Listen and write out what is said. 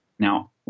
Now